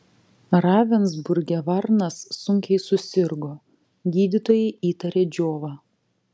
ravensburge varnas sunkiai susirgo gydytojai įtarė džiovą